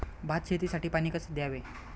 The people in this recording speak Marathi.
भात शेतीसाठी पाणी कसे द्यावे?